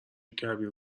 کبیر